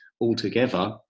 altogether